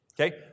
okay